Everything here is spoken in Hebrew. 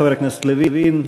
חבר הכנסת לוין,